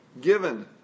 given